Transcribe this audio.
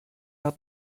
hat